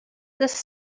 does